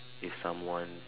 if someone